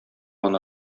гына